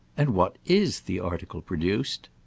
and what is the article produced?